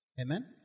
Amen